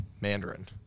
Mandarin